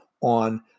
on